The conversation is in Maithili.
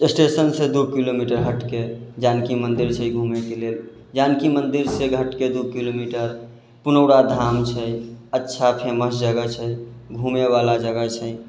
स्टेशनसँ दू किलोमीटर हटके जानकी मन्दिर छै घूमेके लेल जानकी मन्दिरसँ हटके दू किलोमीटर पुनौरा धाम छै अच्छा फेमस जगह छै घूमेवला जगह छै